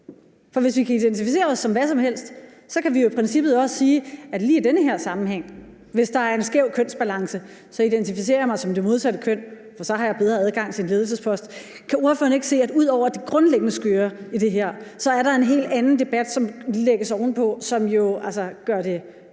For hvis vi kan identificere os som hvad som helst, kan vi jo i princippet også sige: Hvis der lige i den her sammenhæng er en skæv kønsbalance, identificerer jeg mig som det modsatte køn, for så har jeg bedre adgang til en ledelsespost. Kan ordføreren ikke se, at ud over det grundliggende skøre i det her, så er der en helt anden debat, som lægges ovenpå, og som jo altså